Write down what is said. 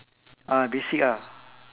ah basic ah